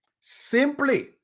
Simply